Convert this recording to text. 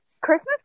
Christmas